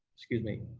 excuse me,